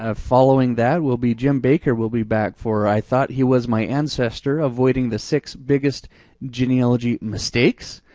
ah following that will be jim baker will be back for i thought he was my ancestor, avoiding the six biggest genealogy mistakes.